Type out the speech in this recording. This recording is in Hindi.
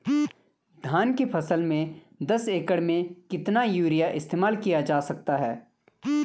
धान की फसल में दस एकड़ में कितना यूरिया इस्तेमाल किया जा सकता है?